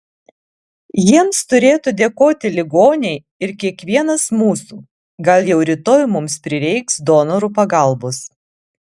jiems turėtų dėkoti ligoniai ir kiekvienas mūsų gal jau rytoj mums prireiks donorų pagalbos